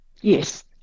Yes